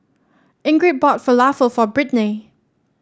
Ingrid bought Falafel for Brittnay